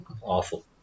awful